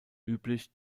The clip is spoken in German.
üblich